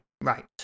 Right